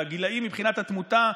מבחינת התמותה,